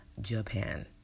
Japan